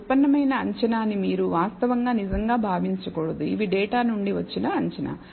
ఈ ఉత్పన్నమైన అంచనా నీ మీరు వాస్తవంగా నిజంగా భావించకూడదు ఇవి డేటా నుండి వచ్చిన అంచనా